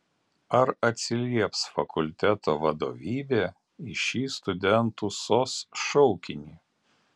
ar atsilieps fakulteto vadovybė į šį studentų sos šaukinį